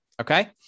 Okay